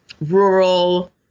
rural